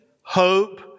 hope